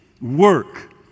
work